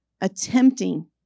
attempting